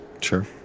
Sure